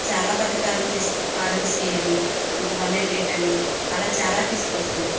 చాలా పథకాలు ఆరోగ్యశ్రీ అని ఇంకా వన్ నాట్ ఎయిట్ అని అలా చాలా తీసుకొస్తున్నారు